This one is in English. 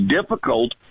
difficult